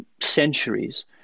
centuries